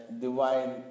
Divine